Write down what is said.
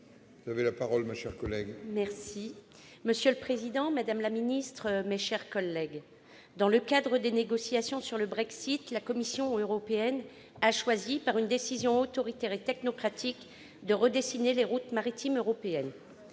républicain citoyen et écologiste. Monsieur le président, madame la ministre, mes chers collègues, dans le cadre des négociations sur le Brexit, la Commission européenne a choisi, par une décision autoritaire et technocratique, de redessiner les routes maritimes européennes.